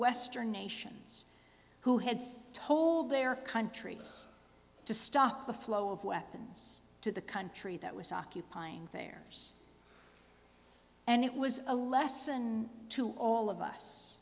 western nations who heads told their country to stop the flow of weapons to the country that was occupying their ears and it was a lesson to all of us